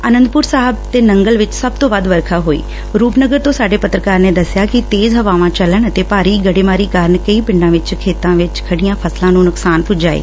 ਆਨੰਦਪੁਰ ਸਾਹਿਬ ਤੇ ਨੰਗਲ ਵਿਚ ਸਭ ਤੋਂ ਵੱਧ ਵਰਖਾ ਹੋਈ ਰੁਪਨਗਰ ਤੋਂ ਸਾਡੇ ਪੱਤਰਕਾਰ ਨੇ ਦਸਿਆ ਕਿ ਤੇਜ਼ ਹਵਾਵਾਂ ਚਲਣ ਅਤੇ ਗੜ੍ਰੇਮਾਰੀ ਕਾਰਨ ਕਈ ਪਿੰਡਾਂ ਵਿਚ ਖੇਤਾਂ ਵਿਚ ਖੜੀਆਂ ਫਸਲਾਂ ਨੂੰ ਨੁਕਸਾਨ ਪੁਜਾ ਏ